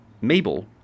Mabel